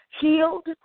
Healed